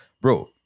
bro